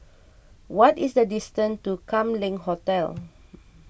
what is the distance to Kam Leng Hotel